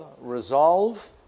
resolve